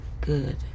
Good